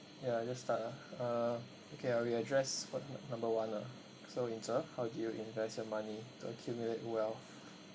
ya just start ah uh okay I will address for number one lah so lin che how do you invest your money to accumulate wealth